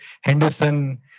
Henderson